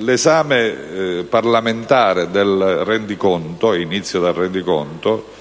L'esame parlamentare del rendiconto ‑ inizio dal rendiconto